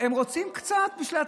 הם רוצים קצת בשביל עצמם.